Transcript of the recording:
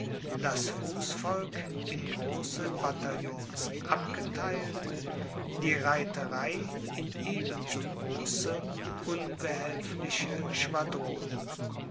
das fußvolk in große bataillons abgetheilt die reiterei in eben so große unbehilfliche schwadronen